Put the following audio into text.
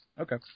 Okay